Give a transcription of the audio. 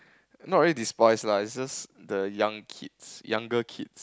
not really dispose lah it just the young kids younger kids